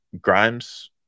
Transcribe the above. Grimes